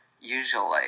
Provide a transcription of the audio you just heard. usually